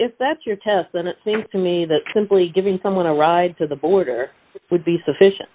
if that's your test then it seems to me that simply giving someone a ride to the border would be sufficient